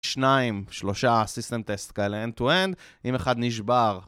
שניים, שלושה סיסטם טסט כאלה אנד טו אנד, אם אחד נשבר.